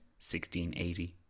1680